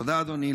תודה, אדוני.